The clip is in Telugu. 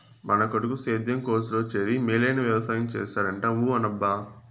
మన కొడుకు సేద్యం కోర్సులో చేరి మేలైన వెవసాయం చేస్తాడంట ఊ అనబ్బా